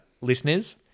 listeners